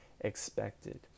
expected